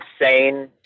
insane